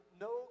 no